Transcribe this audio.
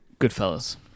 Goodfellas